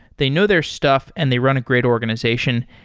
they know their stuff and they run a great organization.